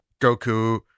Goku